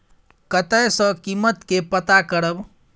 कतय सॅ कीमत के पता करब?